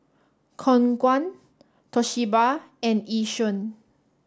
Khong Guan Toshiba and Yishion